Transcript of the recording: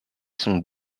son